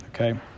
Okay